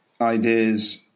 ideas